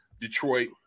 Detroit